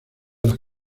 las